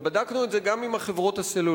ובדקנו את זה גם עם החברות הסלולריות,